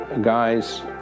guys